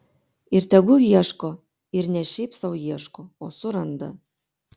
ir tegul ieško ir ne šiaip sau ieško o suranda